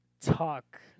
talk